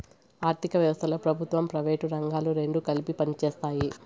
ఆర్ధిక వ్యవస్థలో ప్రభుత్వం ప్రైవేటు రంగాలు రెండు కలిపి పనిచేస్తాయి